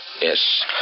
Yes